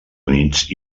units